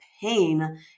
pain